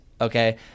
okay